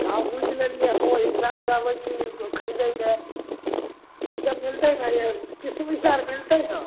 भाव बुझि लेलियै ओइ हिसाबसँ अबै छी खरिदैलय ई सब मिलतै ने यौ किशमिश आर मिलतै ने